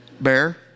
Bear